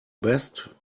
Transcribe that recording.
best